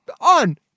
on